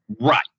right